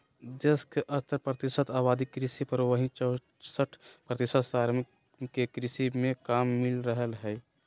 देश के सत्तर प्रतिशत आबादी कृषि पर, वहीं चौसठ प्रतिशत श्रमिक के कृषि मे काम मिल रहल हई